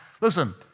Listen